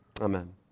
Amen